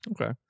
Okay